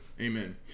Amen